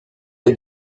est